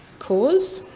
cause.